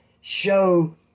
show